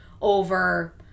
over